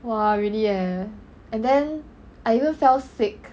!wah! really eh and then I even fell sick